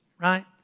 Right